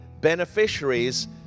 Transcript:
beneficiaries